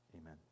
Amen